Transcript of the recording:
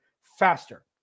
faster